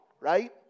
right